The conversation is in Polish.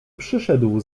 przyszedł